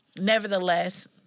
nevertheless